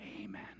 amen